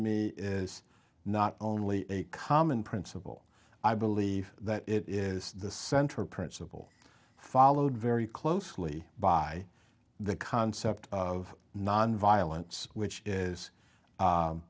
me is not only a common principle i believe that it is the central principle followed very closely by the concept of nonviolence which is